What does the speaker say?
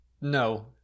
No